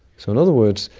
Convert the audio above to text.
so in other words,